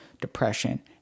depression